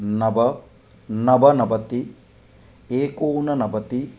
नव नवनवति एकोननवति